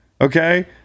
okay